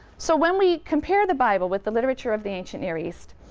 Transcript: so when we compare the bible with the literature of the ancient near east,